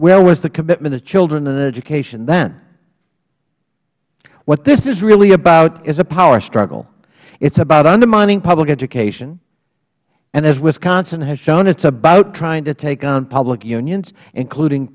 where was the commitment to children and education then what this is really about is a power struggle it is about undermining public education and as wisconsin has shown it is about trying to take on public unions including